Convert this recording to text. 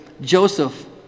Joseph